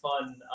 fun